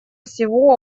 всего